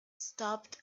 stopped